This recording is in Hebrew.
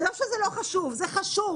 לא שזה לא חשוב, זה חשוב,